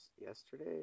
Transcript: yesterday